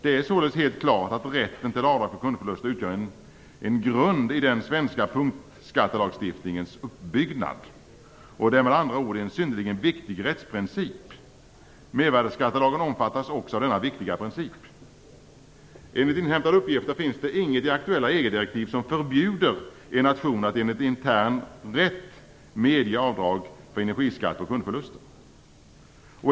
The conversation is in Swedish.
Det är således helt klart att rätten till avdrag för kundförluster utgör en grund i den svenska punktskattelagstiftningens uppbyggnad. Det är med andra ord en synnerligen viktig rättsprincip. Mervärdesskattelagen omfattas också av denna viktiga princip. Enligt inhämtade uppgifter finns det inget i aktuella EG-direktiv som förbjuder en nation att enligt intern rätt medge avdrag för energiskatt på kundförluster.